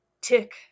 Tick